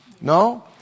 No